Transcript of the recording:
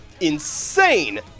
insane